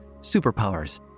superpowers